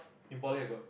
in ploy I got